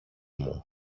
μου